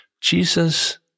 Jesus